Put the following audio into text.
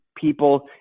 people